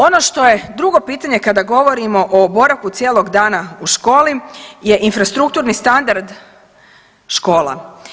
Ono što je drugo pitanje kada govorimo o boravku cijelog dana u školi je infrastrukturni standard škola.